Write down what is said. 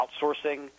outsourcing